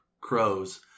crows